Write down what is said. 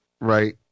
Right